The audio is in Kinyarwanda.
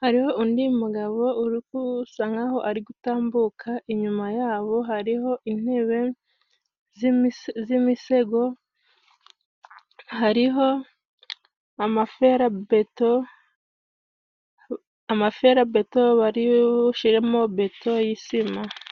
hariho undi mugabo uri gusa nk'aho ari gutambuka, inyuma yabo hariho intebe z'imisego, hariho amaferabeto, amaferabeto bari bushiremo beto y'isima.